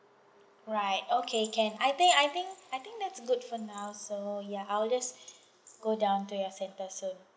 right okay can I think I think I think that's good for now so ya I'll just go down to your centre soon